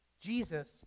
Jesus